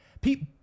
Pete